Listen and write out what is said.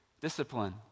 Discipline